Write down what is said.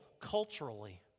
culturally